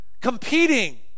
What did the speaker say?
competing